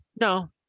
No